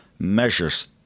measures